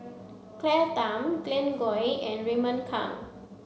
Claire Tham Glen Goei and Raymond Kang